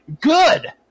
good